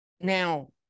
now